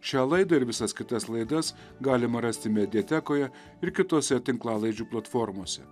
šią laidą ir visas kitas laidas galima rasti mediatekoje ir kitose tinklalaidžių platformose